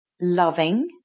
loving